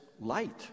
light